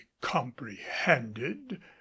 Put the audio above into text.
comprehended